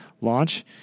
launch